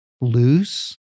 loose